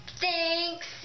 Thanks